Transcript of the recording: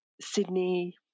Sydney